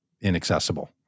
inaccessible